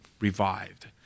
revived